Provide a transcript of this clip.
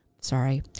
sorry